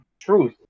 truth